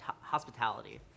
hospitality